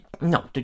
No